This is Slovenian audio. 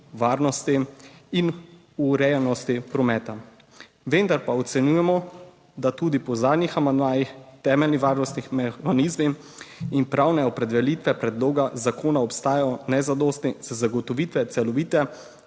varnosti in urejenosti prometa. Vendar pa ocenjujemo, da tudi po zadnjih amandmajih temeljni varnostni mehanizmi in pravne opredelitve predloga zakona obstajajo nezadostni za zagotovitve celovite